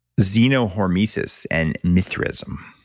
xenohormesis and mithraism.